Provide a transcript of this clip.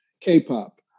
K-pop